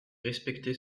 respecter